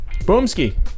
Boomski